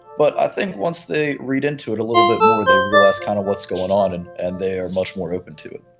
but i think once they read into it a little bit more they realise kind of what's going on and and they are much more open to it.